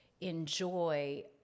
enjoy